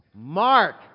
Mark